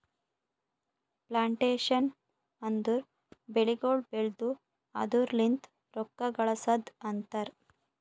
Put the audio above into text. plantation ಅಂದುರ್ ಬೆಳಿಗೊಳ್ ಬೆಳ್ದು ಅದುರ್ ಲಿಂತ್ ರೊಕ್ಕ ಗಳಸದ್ ಅಂತರ್